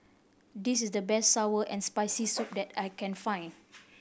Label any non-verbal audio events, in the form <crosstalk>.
this is the best sour and Spicy Soup <noise> that I can find